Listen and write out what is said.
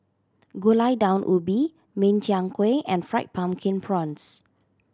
Gulai Daun Ubi Min Chiang Kueh and Fried Pumpkin Prawns